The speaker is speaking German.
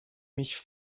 mich